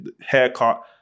haircut